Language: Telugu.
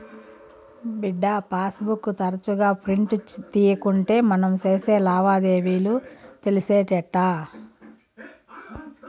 బిడ్డా, పాస్ బుక్ తరచుగా ప్రింట్ తీయకుంటే మనం సేసే లావాదేవీలు తెలిసేటెట్టా